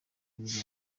nibwo